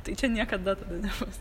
tai čia niekada nebus